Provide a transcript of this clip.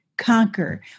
conquer